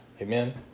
amen